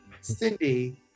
Cindy